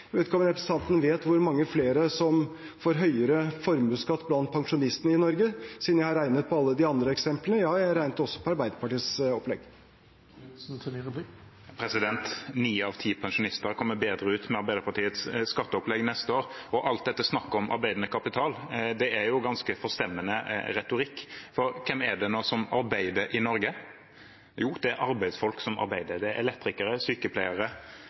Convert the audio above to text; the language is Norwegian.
vet ikke om representanten vet hvor mange flere som får høyere formuesskatt blant pensjonistene i Norge. Siden jeg har regnet på alle de andre eksemplene, har jeg også regnet på Arbeiderpartiets opplegg. Ni av ti pensjonister kommer bedre ut med Arbeiderpartiets skatteopplegg neste år. Alt dette snakket om arbeidende kapital er ganske forstemmende retorikk, for hvem er det som arbeider i Norge? Jo, det er arbeidsfolk som arbeider – det er elektrikere, sykepleiere,